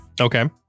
Okay